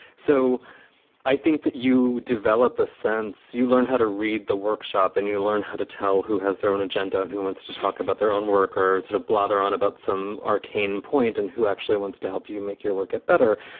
so i think that you develop a sense you learn how to read the workshop and you learn how to tell who has their own agenda and who wants to talk about their own work or sort of blather on about some arcane point. and who actually wants to help you make your work get better.